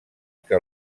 que